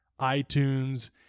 iTunes